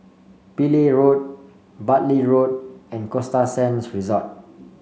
Pillai Road Bartley Road and Costa Sands Resort